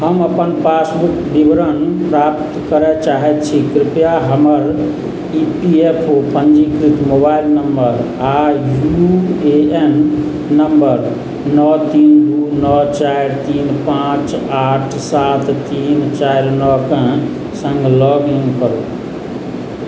हम अपन पासबुक विवरण प्राप्त करै चाहैत छी कृपया हमर ई पी एफ ओ पञ्जीकृत मोबाइल नम्बर आ यू ए एन नम्बर नओ तीन दू नओ चारि तीन पाँच आठ सात तीन चारि नओ के सङ्ग लॉग इन करू